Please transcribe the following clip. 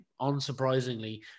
unsurprisingly